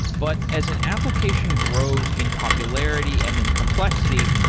but as an application grows in popularity and in complexity,